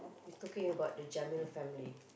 you talking about the Jamil family